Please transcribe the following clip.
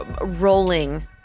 rolling